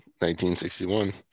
1961